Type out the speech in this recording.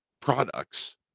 products